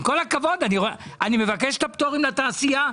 מבקש את הפטורים לתעשייה,